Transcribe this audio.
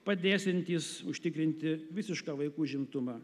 padėsiantys užtikrinti visišką vaikų užimtumą